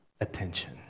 attention